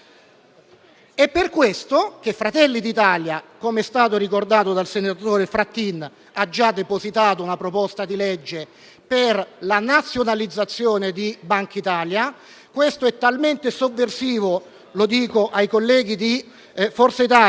È per questo che Fratelli d'Italia, come è stato ricordato dal senatore Pichetto Fratin, ha già depositato una proposta di legge per la nazionalizzazione di Bankitalia. Questo è talmente sovversivo - lo dico ai colleghi di Forza Italia - che